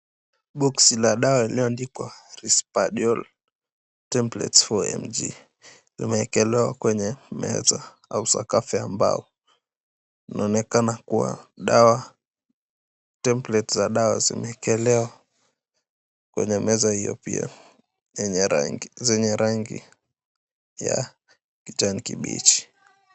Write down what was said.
Boksi la dawa lililoandikwa Risperdal Tablets 4mg limeekelewa kwenye meza au sakafu ya mbao. Inaonekana kuwa tablets za dawa zimewekelewa kwenye meza hio pia zenye rangi ya kijani kibichi.